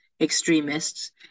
extremists